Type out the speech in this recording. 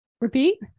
Repeat